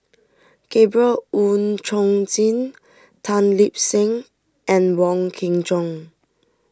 Gabriel Oon Chong Jin Tan Lip Seng and Wong Kin Jong